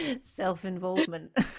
self-involvement